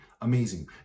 amazing